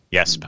Yes